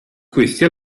questi